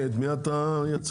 את מי אתה מייצג?